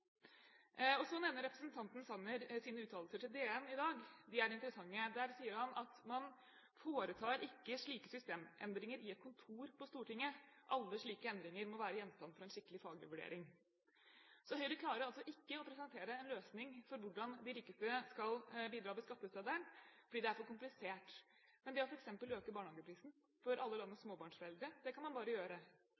bidrar. Så nevner representanten Sanner sine uttalelser til Dagens Næringsliv i dag – og de er interessante. Han sier bl.a.: «Men man foretar ikke slike systemendringer i et kontor på Stortinget. Alle slike endringer må være gjenstand for en skikkelig faglig vurdering.» Så Høyre klarer altså ikke å presentere en løsning for hvordan de rikeste skal bidra over skatteseddelen fordi det er for komplisert, men f.eks. å øke barnehageprisen for alle landets